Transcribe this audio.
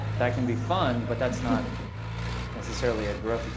that can be fun. but that's not necessarily a growth.